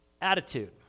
attitude